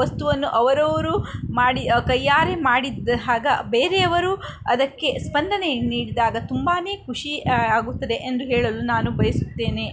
ವಸ್ತುವನ್ನು ಅವರವರು ಮಾಡಿ ಕೈಯಾರೆ ಮಾಡಿದ ಹಾಗ ಬೇರೆಯವರು ಅದಕ್ಕೆ ಸ್ಪಂದನೆಯನ್ನು ನೀಡಿದಾಗ ತುಂಬಾ ಖುಷಿ ಆಗುತ್ತದೆ ಎಂದು ಹೇಳಲು ನಾನು ಬಯಸುತ್ತೇನೆ